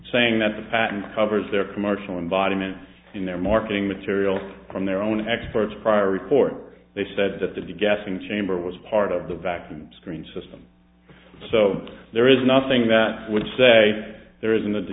saying that the patent covers their commercial environment in their marketing materials from their own experts prior report they said that the gassing chamber was part of the back to screen system so there is nothing that would say there isn't that the